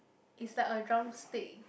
is like a drumstick